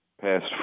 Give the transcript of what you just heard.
past